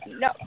No